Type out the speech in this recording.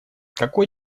какой